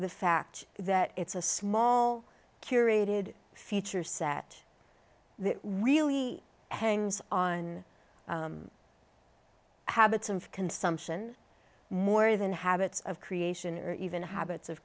the fact that it's a small curated feature set that really hangs on habits of consumption more than habits of creation or even habits of